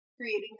creating